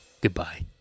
Goodbye